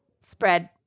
Spread